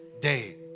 day